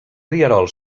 rierol